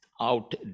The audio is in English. Out